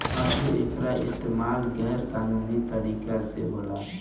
आजो एकर इस्तमाल गैर कानूनी तरीका से होता